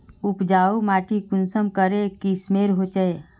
उपजाऊ माटी कुंसम करे किस्मेर होचए?